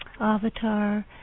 avatar